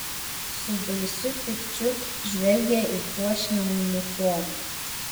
su baisiu pykčiu žvelgė į puošnią uniformą